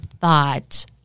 thought